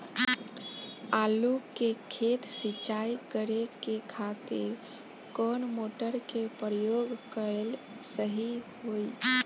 आलू के खेत सिंचाई करे के खातिर कौन मोटर के प्रयोग कएल सही होई?